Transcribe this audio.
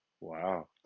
wow